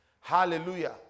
Hallelujah